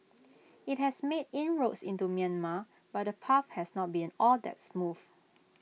IT has made inroads into Myanmar but the path has not been all that smooth